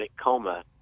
coma